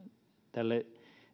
tälle